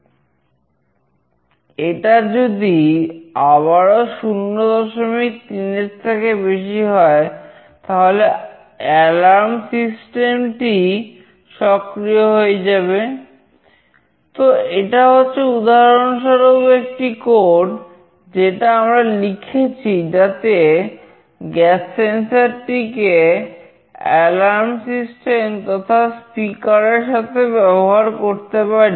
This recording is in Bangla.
x Gread এর সাথে ব্যবহার করতে পারি